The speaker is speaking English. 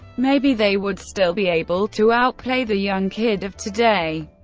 maybe they would still be able to outplay the young kid of today.